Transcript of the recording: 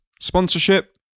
sponsorship